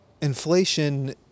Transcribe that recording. inflation